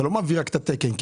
לא רק את התקן.